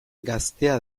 gaztea